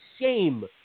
shame